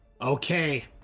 Okay